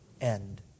end